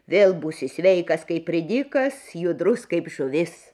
vėl būsi sveikas kaip ridikas judrus kaip žuvis